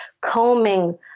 combing